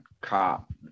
cop